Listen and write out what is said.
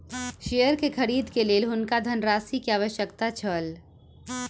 share के खरीद के लेल हुनका धनराशि के आवश्यकता छल